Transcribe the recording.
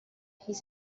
his